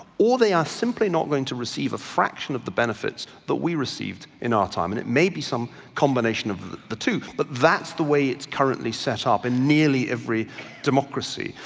or they are simply not going to receive a fraction of the benefits that we received in our time, and it may be some combination of the two, but that's the way it's currently set up in nearly every democracy.